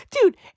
Dude